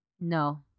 No